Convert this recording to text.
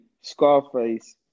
Scarface